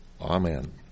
Amen